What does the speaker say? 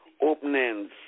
openings